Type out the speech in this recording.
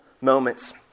moments